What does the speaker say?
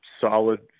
solid